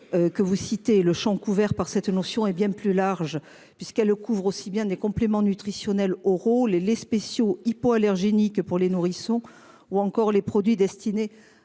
Que vous citez le Champ couvert par cette notion est bien plus larges puisqu'elle couvre aussi bien des compléments nutritionnels oraux les les spéciaux hypoallergénique pour les nourrissons ou encore les produits destinés